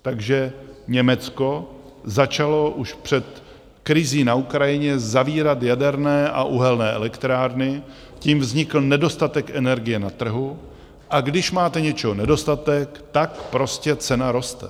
Takže Německo začalo už před krizí na Ukrajině zavírat jaderné a uhelné elektrárny, tím vznikl nedostatek energie na trhu, a když máte něčeho nedostatek, tak prostě cena roste.